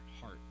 heart